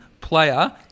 player